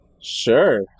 Sure